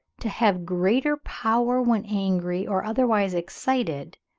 to have greater power, when angry or otherwise excited,